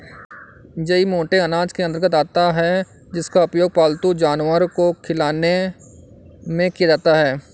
जई मोटे अनाज के अंतर्गत आता है जिसका उपयोग पालतू जानवर को खिलाने में किया जाता है